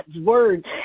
word